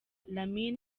lamin